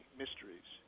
mysteries